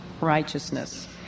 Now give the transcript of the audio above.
righteousness